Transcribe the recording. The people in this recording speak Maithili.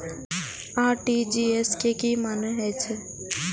आर.टी.जी.एस के की मानें हे छे?